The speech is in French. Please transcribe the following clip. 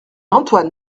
antoine